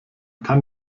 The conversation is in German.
kann